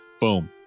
Boom